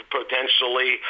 potentially